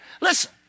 Listen